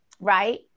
right